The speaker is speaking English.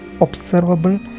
observable